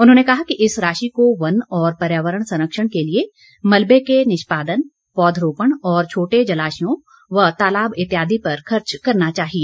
उन्होंने कहा कि इस राशि को वन और पर्यावरण संरक्षण के लिए मलबे के निष्पादन पौधरोपण और छोटे जलाशयों व तालाब इत्यादि पर खर्च करना चाहिए